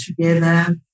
together